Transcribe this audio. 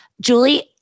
Julie